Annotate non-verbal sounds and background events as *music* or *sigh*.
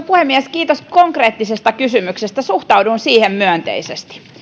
*unintelligible* puhemies kiitos konkreettisesta kysymyksestä suhtaudun siihen myönteisesti